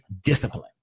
discipline